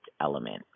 element